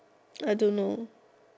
I don't know